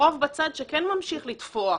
וחוב בצד שכן ממשיך לתפוח